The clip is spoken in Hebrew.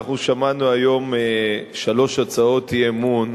אנחנו שמענו היום שלוש הצעות אי-אמון